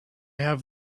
have